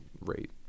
rate